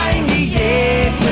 98%